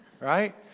right